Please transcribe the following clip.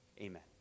Amen